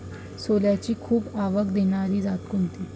सोल्याची खूप आवक देनारी जात कोनची?